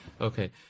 okay